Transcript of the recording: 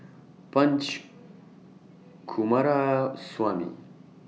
Punch Coomaraswamy